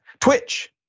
Twitch